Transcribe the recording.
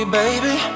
baby